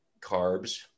carbs